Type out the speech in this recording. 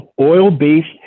oil-based